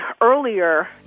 earlier